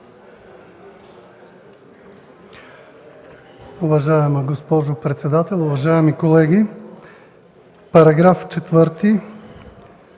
Уважаема госпожо председател, уважаеми колеги! По § 4